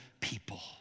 people